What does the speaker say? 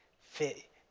fit